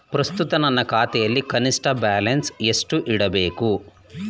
ಪ್ರಸ್ತುತ ನನ್ನ ಖಾತೆಯಲ್ಲಿ ಕನಿಷ್ಠ ಬ್ಯಾಲೆನ್ಸ್ ಎಷ್ಟು ಇಡಬೇಕು?